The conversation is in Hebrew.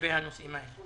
לגבי הנושאים האלה.